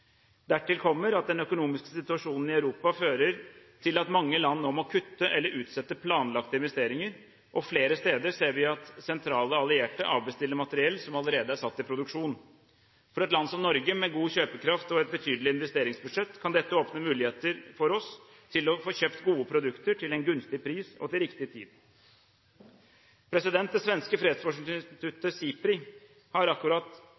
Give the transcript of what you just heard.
Dertil kommer at den økonomiske situasjonen i Europa fører til at mange land nå må kutte eller utsette planlagte investeringer. Flere steder ser vi at sentrale allierte avbestiller materiell som allerede er satt i produksjon. For et land som Norge, med god kjøpekraft og et betydelig investeringsbudsjett, kan dette åpne muligheter for oss til å få kjøpt gode produkter til en gunstig pris og til riktig tid. Det svenske fredsforskningsinstituttet SIPRI har akkurat